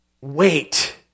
wait